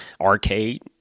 Arcade